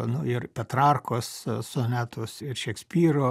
nu ir petrarkos sonetus ir šekspyro